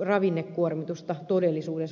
ravinnekuormitusta todellisuudessa on vähentänyt